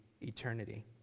eternity